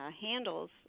handles